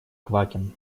квакин